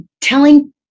telling